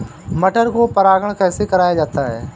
मटर को परागण कैसे कराया जाता है?